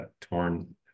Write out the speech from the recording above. torn